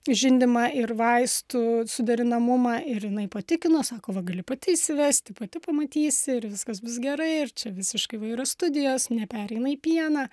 žindymą ir vaistų suderinamumą ir jinai patikino sako va gali pati įsivesti pati pamatysi ir viskas bus gerai ir čia visiškai įvairios studijos nepereina į pieną